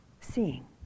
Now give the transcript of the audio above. seeing